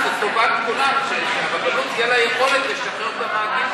אז לטובת כולם שלרבנות תהיה לה יכולת לשחרר אותה מהגט